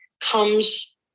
comes